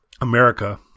America